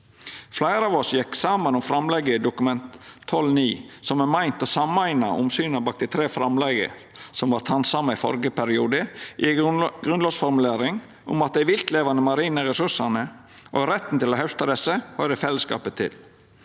Fleire av oss gjekk saman om framlegget i Dokument 12:9 for 2019–2020, som er meint å sameina omsyna bak dei tre framlegga som vart handsama i førre periode, i ei grunnlovsformulering om at dei viltlevande marine ressursane og retten til å hausta desse høyrer fellesskapen til.